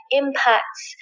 impacts